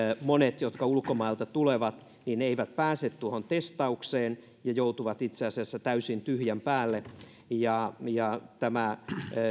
monet jotka ulkomailta tulevat eivät pääse tuohon testaukseen ja joutuvat itse asiassa täysin tyhjän päälle tämä